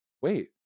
Wait